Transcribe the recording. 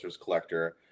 collector